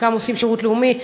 חלקם עושים שירות לאומי,